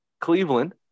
Cleveland